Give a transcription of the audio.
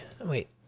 Wait